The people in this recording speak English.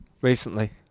recently